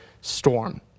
storm